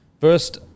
first